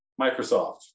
Microsoft